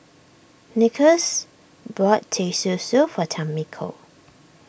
Nicholas bought Teh Susu for Tamiko